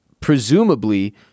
presumably